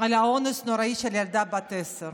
לפני שנתיים, האונס הנוראי של הילדה בת העשר.